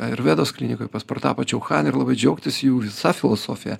ajurvedos klinikoj pas portapą čiauchani ir labai džiaugtis jų visa filosofija